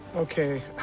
ok.